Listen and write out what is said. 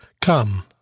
Come